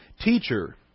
teacher